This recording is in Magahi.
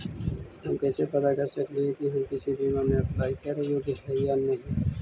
हम कैसे पता कर सकली हे की हम किसी बीमा में अप्लाई करे योग्य है या नही?